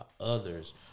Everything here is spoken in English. others